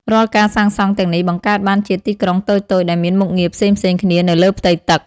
រាល់ការសាងសង់ទាំងនេះ បង្កើតបានជាទីក្រុងតូចៗដែលមានមុខងារផ្សេងៗគ្នានៅលើផ្ទៃទឹក។